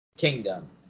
kingdom